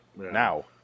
now